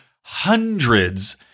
hundreds